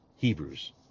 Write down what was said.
Hebrews